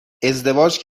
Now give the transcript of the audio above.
ازدواج